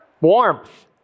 Warmth